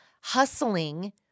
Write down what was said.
hustling